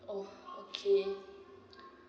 oh okay